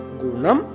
gunam